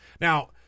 Now